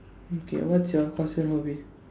okay what's your constant hobby